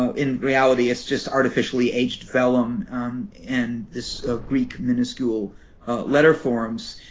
ah in reality, it's just artificially aged vellum and this greek minuscule letter forms.